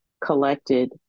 collected